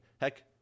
Heck